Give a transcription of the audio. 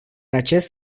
acest